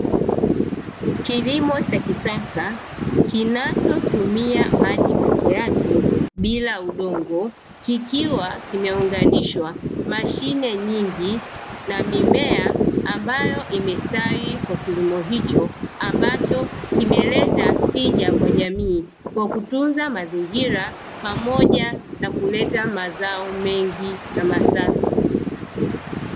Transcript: Kilimo cha kisasa kinachotumia maji peke yake bila udongo, kikiwa kimeunganishwa mashine nyingi na mimea ambayo imestawi kwa kilimo hicho, ambacho kimeleta tija kwa jamii kwa kutunza mazingira pamoja na kuleta mazao mengi na masafi.